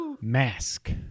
mask